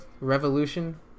Revolution